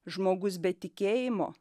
žmogus be tikėjimo